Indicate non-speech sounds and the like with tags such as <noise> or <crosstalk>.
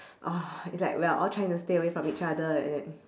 <noise> it's like we are all trying to stay away from each other like that